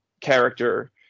character